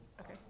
Okay